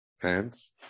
pants